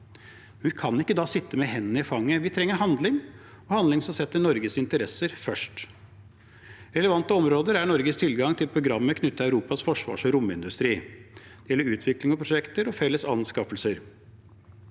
Vi kan ikke da sitte med hendene i fanget. Vi trenger handling – handling som setter Norges interesser først. Relevante områder er Norges tilgang til programmer knyttet til Europas forsvars- og romindustri, eller utvikling av prosjekter og felles anskaffelser.